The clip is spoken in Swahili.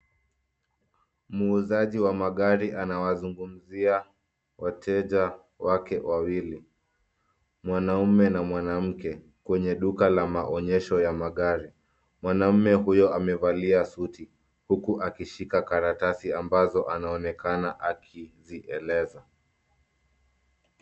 Muuzaji wa magari anawazungumzia wateja wake wawili. Mwanaume na mwanamke kwenye duka la maonyesho ya magari. Mwanamme huyo amevalia suti huku akishika karatasi ambazo anaonekana akizieleza.